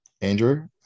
Andrew